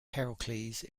heracles